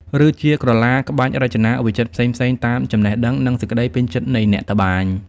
ឬជាក្រឡាក្បាច់រចនាវិចិត្រផ្សេងៗតាមចំណេះ និងសេចក្តីពេញចិត្តនៃអ្នកត្បាញ។